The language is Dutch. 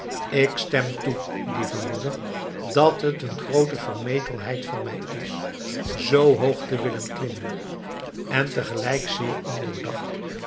ik stem toe lieve moeder dat het een groote vermetelheid van mij is zoo hoog te willen klimmen en tegelijk zeer ondoordacht